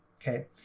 okay